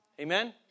Amen